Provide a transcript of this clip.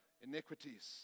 iniquities